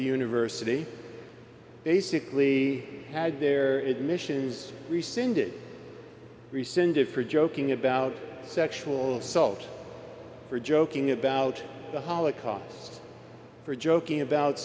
the university basically had their admissions rescinded rescinded for joking about sexual assault for joking about the holocaust for joking about